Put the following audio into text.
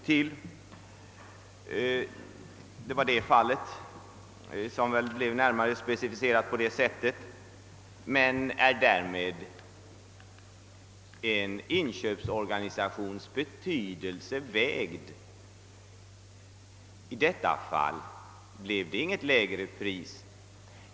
Men detta avgör inte en inköpsorganisations betydelse. I detta fall blev det inget lägre pris.